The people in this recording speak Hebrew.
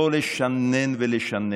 לא לשנן ולשנן,